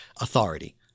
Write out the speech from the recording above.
authority